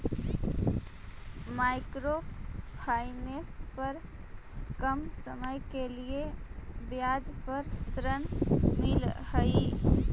micro finance पर कम समय के लिए ब्याज पर ऋण मिलऽ हई